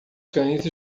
cães